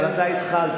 אבל אתה התחלת.